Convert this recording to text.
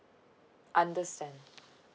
understand